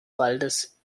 waldes